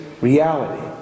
reality